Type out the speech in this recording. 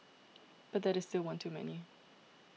but that is still one too many